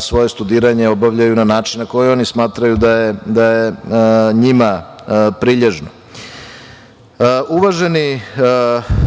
svoje studiranje obavljaju na način na koji oni smatraju da je njima prilježno. Uvaženi